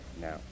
No